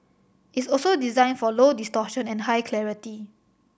it's also designed for low distortion and high clarity